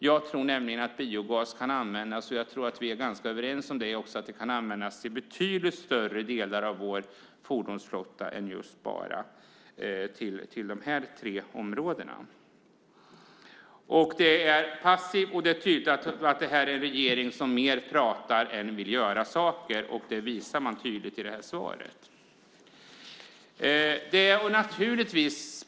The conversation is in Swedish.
Jag tror nämligen att biogas kan användas i betydligt större delar av vår fordonsflotta än bara de här tre områdena, och jag tror att flera är överens med mig om det. Svaret är passivt, och det tyder på att det här är en regering som hellre pratar än gör saker. Det visar man tydligt i svaret.